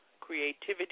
Creativity